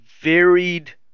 varied